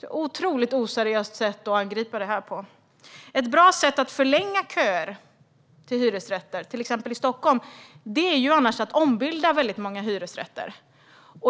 Det är ett otroligt oseriöst sätt att angripa detta på. Ett bra sätt att förlänga köer till hyresrätter, till exempel i Stockholm, är annars att ombilda väldigt många hyresrätter.